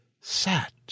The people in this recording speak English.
sat